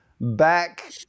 back